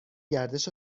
گردش